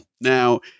Now